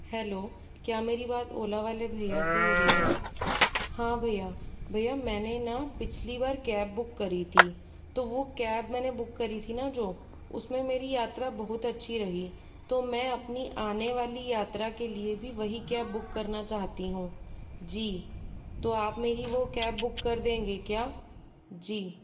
hello क्या मेरी बात ओला वाले भैया से हो रही है हाँ भैया भैया मैंने न पिछली बार कैब बुक करी थी तो वह कैब मैंने बुक करी थी न जो उसमें मेरी यात्रा बहुत अच्छी रही तो मैं अपनी आने वाली यात्रा के लिए भी वही कैब बुक करना चाहती हूँ जी तो आप मेरी वह कैब बुक कर देंगे क्या जी